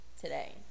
today